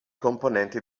componenti